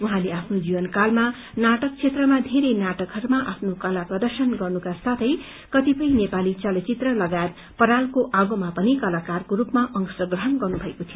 उहाँले आफ्नो जीवन कालमा नाटक क्षेत्रमा धेरै नाटकहस्मा आफ्नो कला प्रदशन गर्नुका साथै कतिपय नेपाली चलचित्र लगायत परालको आनोमा पनि कलाकारको रूपमा अंश ग्रहण गर्नु भएको थियो